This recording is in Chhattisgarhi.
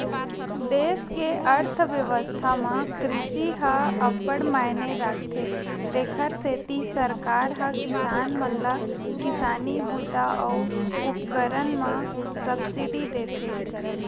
देस के अर्थबेवस्था म कृषि ह अब्बड़ मायने राखथे तेखर सेती सरकार ह किसान मन ल किसानी बूता अउ उपकरन म सब्सिडी देथे